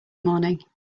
morning